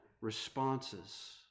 responses